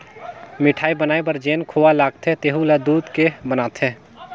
मिठाई बनाये बर जेन खोवा लगथे तेहु ल दूद के बनाथे